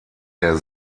der